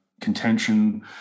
contention